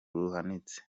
ruhanitse